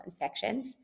infections